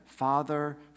Father